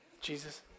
Jesus